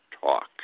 talk